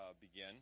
begin